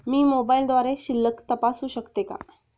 मी मोबाइलद्वारे शिल्लक तपासू शकते का?